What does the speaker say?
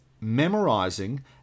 memorizing